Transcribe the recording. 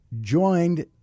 joined